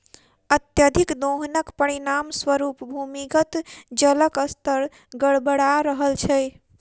अत्यधिक दोहनक परिणाम स्वरूप भूमिगत जलक स्तर गड़बड़ा रहल छै